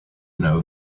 know